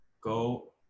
go